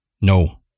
No